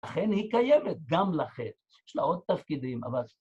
‫לכן היא קיימת גם לחטא. ‫יש לה עוד תפקידים, אבל...